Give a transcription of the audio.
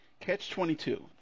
Catch-22